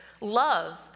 Love